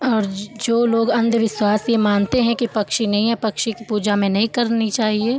और जो लोग अन्धविश्वास यह मानते हैं कि पक्षी नहीं हैं पक्षी की पूजा हमें नहीं करनी चाहिए